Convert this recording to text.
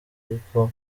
ariko